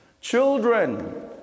Children